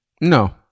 no